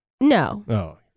No